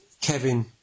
Kevin